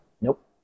Nope